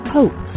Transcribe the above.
Hope